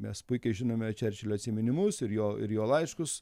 mes puikiai žinome čerčilio atsiminimus ir jo ir jo laiškus